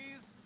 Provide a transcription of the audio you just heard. Please